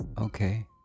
okay